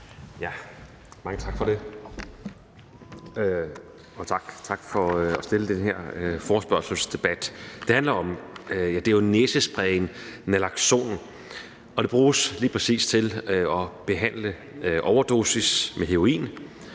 Mange tak for det, og tak for at rejse den her forespørgselsdebat. Det handler om næsespraying med naloxon, og det bruges lige præcis til at behandle overdosis med heroin,